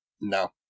No